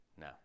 no